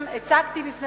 אפס